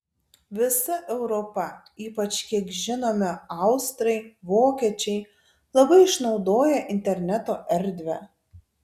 visa europa ypač kiek žinome austrai vokiečiai labai išnaudoja interneto erdvę